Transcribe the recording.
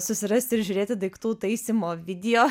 susirasti ir žiūrėti daiktų taisymo video